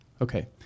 Okay